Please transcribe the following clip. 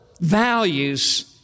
values